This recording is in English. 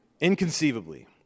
inconceivably